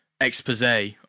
expose